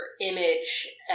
image